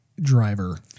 driver